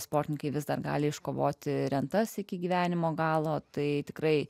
sportininkai vis dar gali iškovoti rentas iki gyvenimo galo tai tikrai